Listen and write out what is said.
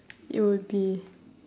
it will be